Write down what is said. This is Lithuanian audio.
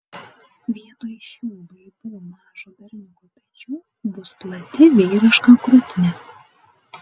vietoj šių laibų mažo berniuko pečių bus plati vyriška krūtinė